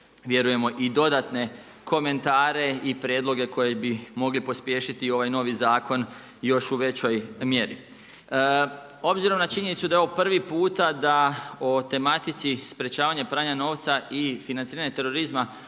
vjerujemo i dodatne komentare i prijedloge koji bi mogli pospješiti ovaj novi zakon još u većoj mjeri. Obzirom na činjenicu da je ovo prvi puta da o tematici sprječavanja pranja novca i financiranja terorizma